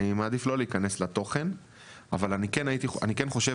אני מעדיף לא להיכנס לתוכן אבל אני כן חושב